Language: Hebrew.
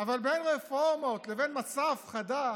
אבל בין רפורמות לבין מסע הפחדה,